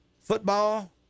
football